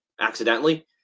accidentally